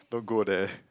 don't go there